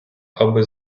аби